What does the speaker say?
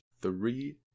three